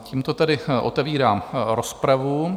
Tímto tedy otevírám rozpravu.